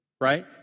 right